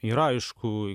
yra aišku